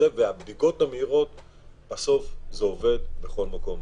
הבדיקות המהירות עובדות בכל מקום,